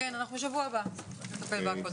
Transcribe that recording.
כן, בשבוע הבאה נטפל בכול.